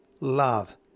love